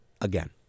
again